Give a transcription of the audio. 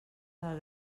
del